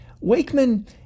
Wakeman